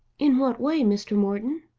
in what way, mr. morton?